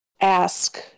ask